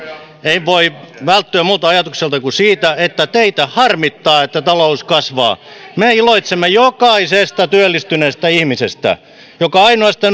ei voi välttyä siltä ajatukselta että teitä harmittaa että talous kasvaa me iloitsemme jokaisesta työllistyneestä ihmisestä joka ainoasta